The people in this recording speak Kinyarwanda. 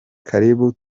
karibu